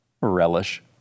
relish